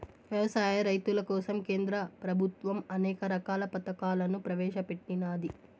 వ్యవసాయ రైతుల కోసం కేంద్ర ప్రభుత్వం అనేక రకాల పథకాలను ప్రవేశపెట్టినాది